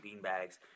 beanbags